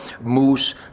moose